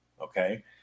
okay